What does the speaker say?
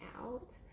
out